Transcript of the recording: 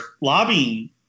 lobbying